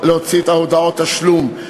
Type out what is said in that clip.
להוציא את הודעות התשלום,